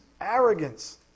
arrogance